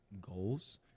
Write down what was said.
goals